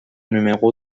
numéro